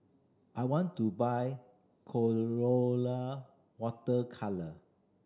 I want to buy Colora Water Colour